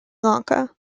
lanka